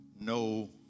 no